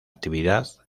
actividad